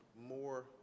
more